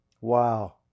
Wow